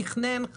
תכנן,